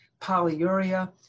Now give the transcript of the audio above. polyuria